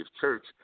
church